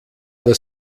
das